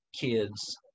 kids